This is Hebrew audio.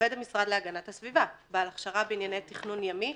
עובד המשרד להגנת הסביבה בעל הכשרה בענייני תכנון ימי,